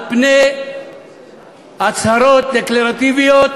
על פני הצהרות דקלרטיביות,